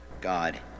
God